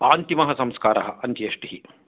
अन्तिमः संस्कारः अन्त्येष्टिः